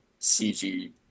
CG